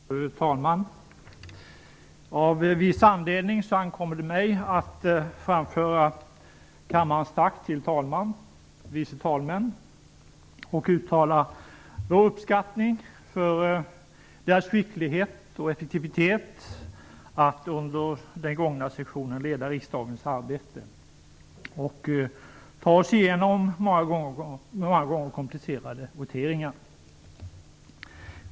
Fru talman! Av en viss anledning ankommer det på mig att framföra kammarens tack till talmannen och de vice talmännen. Jag vill uttala vår uppskattning för deras skickliga och effektiva sätt att under den gångna sessionen leda riksdagens arbete och ta oss igenom många gånger komplicerade voteringar.